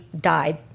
died